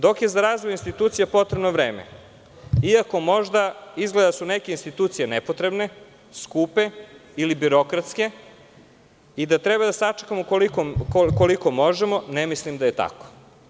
Dok je za razvoj institucija potrebno vreme, iako možda izgleda da su neke institucije nepotrebne, skupe ili birokratske, i da treba da sačekamo koliko možemo, ne mislim da je tako.